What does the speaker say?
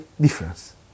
difference